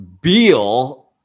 Beal